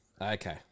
Okay